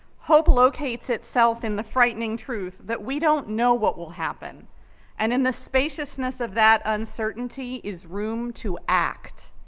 hope locates itself in the frightening truth that we don't know what will happen and in the spaciousness of that uncertainty is room to act.